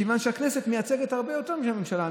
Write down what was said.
מכיוון שהכנסת מייצגת הרבה יותר מהממשלה,